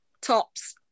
tops